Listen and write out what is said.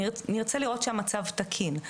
נרצה לראות שהמצב תקין,